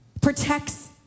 Protects